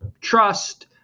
trust